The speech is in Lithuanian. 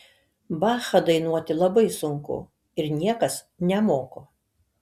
bachą dainuoti labai sunku ir niekas nemoko